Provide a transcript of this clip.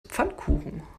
pfannkuchen